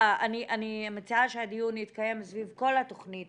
אני מציעה שהדיון יתקיים סביב כל התכנית